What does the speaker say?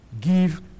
give